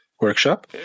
workshop